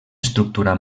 estructura